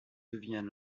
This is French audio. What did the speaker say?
devient